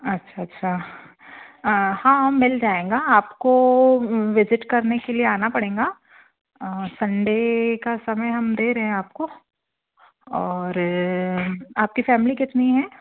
अच्छा अच्छा हाँ हम मिल जाएँगा आपको विज़िट करने के लिए आना पड़ेगा सन्डे का समय हम दे रहे हैं आपको और आपकी फैमली कितनी है